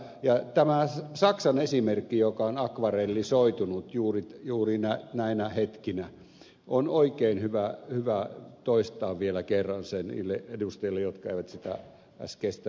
tämä saksan esimerkki joka on akvarellisoitunut juuri näinä hetkinä on oikein hyvä toistaa vielä kerran niille edustajille jotka eivät sitä äskeistä vastauspuheenvuoroani kuulleet